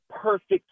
perfect